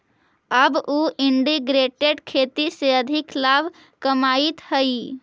अब उ इंटीग्रेटेड खेती से अधिक लाभ कमाइत हइ